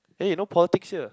eh no politics here